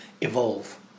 evolve